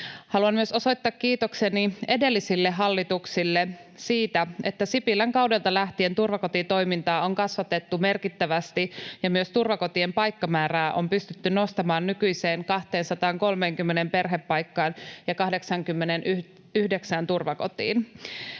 Haluan myös osoittaa kiitokseni edellisille hallituksille siitä, että Sipilän kaudelta lähtien turvakotitoimintaa on kasvatettu merkittävästi ja myös turvakotien paikkamäärää on pystytty nostamaan nykyiseen 230 perhepaikkaan ja 89 turvakotiin.